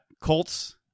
Colts